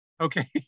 okay